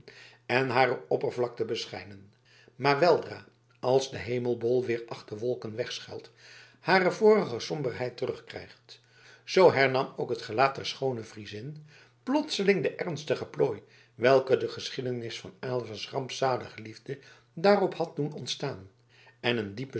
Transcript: en hare oppervlakte beschijnen maar weldra als de hemelbol weder achter wolken wegschuilt hare vorige somberheid terugkrijgt zoo hernam ook het gelaat der schoone friezin spoedig de ernstige plooi welke de geschiedenis van aylva's rampzalige liefde daarop had doen ontstaan en een diepe